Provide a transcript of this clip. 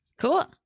Cool